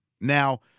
Now